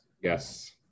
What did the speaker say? Yes